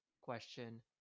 question